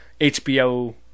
HBO